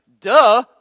Duh